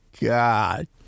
God